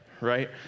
right